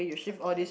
something like